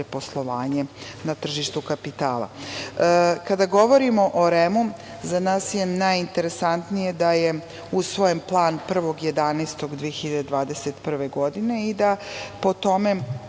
na tržištu kapitala. Kada govorimo o REM-u za nas je najinteresantnije da je usvojen plan 1. novembra 2021. godine, i da po tome